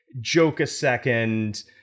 joke-a-second